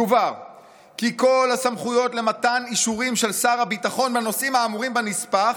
יובהר כי כל הסמכויות למתן אישורים של שר הביטחון בנושאים האמורים בנספח